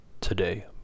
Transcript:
today